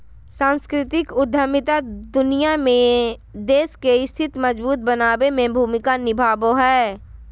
सांस्कृतिक उद्यमिता दुनिया में देश के स्थिति मजबूत बनाबे में भूमिका निभाबो हय